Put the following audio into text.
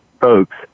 folks